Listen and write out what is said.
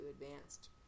advanced